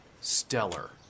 stellar